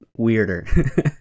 weirder